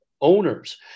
owners